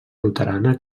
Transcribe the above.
luterana